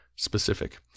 specific